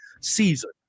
season